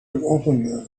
open